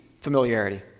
familiarity